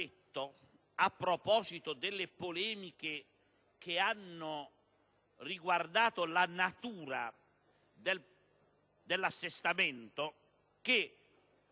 Grazie.